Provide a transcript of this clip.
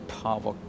power